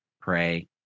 pray